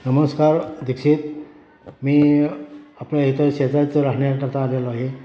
नमस्कार दीक्षित मी आपल्या इथं शेजारचं राहण्याकरता आलेलो आहे